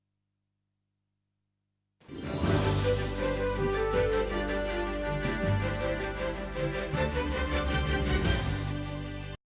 Дякую